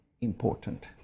important